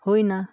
ᱦᱩᱭᱱᱟ